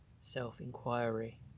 self-inquiry